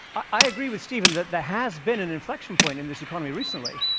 i agree with stephen that there has been an inflection point in this economy recently.